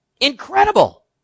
Incredible